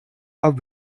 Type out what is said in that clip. are